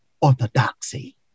orthodoxy